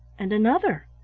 and another.